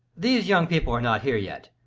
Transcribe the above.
these young people are not here yet.